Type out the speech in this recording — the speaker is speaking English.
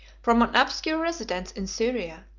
from an obscure residence in syria,